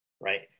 right